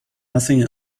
nothing